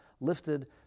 lifted